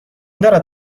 دارد